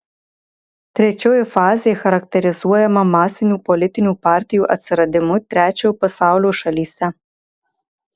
trečioji fazė charakterizuojama masinių politinių partijų atsiradimu trečiojo pasaulio šalyse